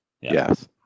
Yes